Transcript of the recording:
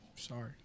sorry